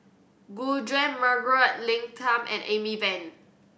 Gu Juan Margaret Leng Tan and Amy Van